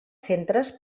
centres